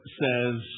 says